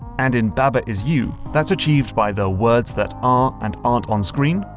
and in baba is you that's achieved by the words that are and aren't on screen,